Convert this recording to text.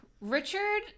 Richard